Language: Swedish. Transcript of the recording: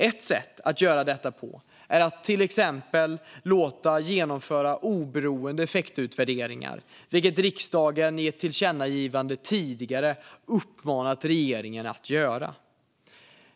Ett sätt att göra detta på är till exempel att låta genomföra oberoende effektutvärderingar, vilket riksdagen i ett tillkännagivande tidigare har uppmanat regeringen att göra.